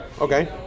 okay